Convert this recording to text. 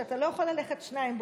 שאתה לא יכול ללכת בשניים,